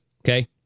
Okay